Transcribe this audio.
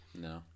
No